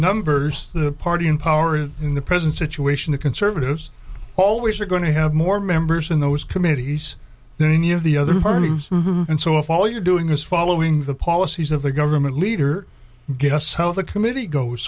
numbers the party in power is in the present situation the conservatives always are going to have more members in those committees than any of the other armies and so if all you're doing is following the policies of the government leader guess how the committee goes